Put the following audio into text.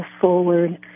forward